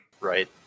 Right